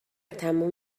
تمام